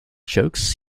jokes